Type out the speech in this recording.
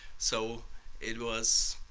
so it was,